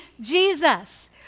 Jesus